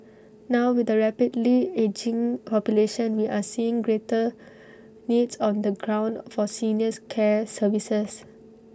now with A rapidly ageing population we are seeing greater needs on the ground for seniors care services